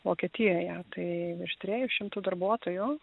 vokietijoje tai virš trijų šimtų darbuotojų